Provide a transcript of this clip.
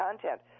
content